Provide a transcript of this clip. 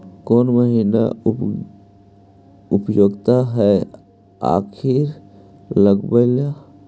कौन महीना उपयुकत है खरिफ लगावे ला?